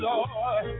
Lord